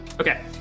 okay